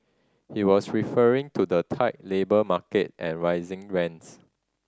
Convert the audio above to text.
he was referring to the tight labour market and rising rents